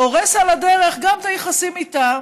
הורס על הדרך גם את היחסים איתה,